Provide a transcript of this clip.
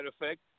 Effect